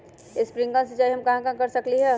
Sprinkle सिंचाई हम कहाँ कहाँ कर सकली ह?